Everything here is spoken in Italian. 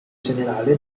generale